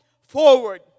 forward